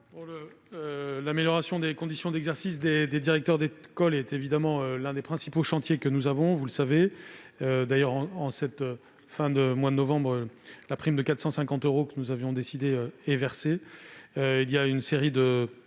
L'amélioration des conditions d'exercice des directeurs d'école est l'un des principaux chantiers que nous menons, vous le savez. En cette fin de mois de novembre, la prime de 450 euros que nous avons mise en place est versée. Une série de